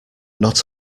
not